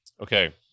Okay